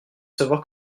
savoir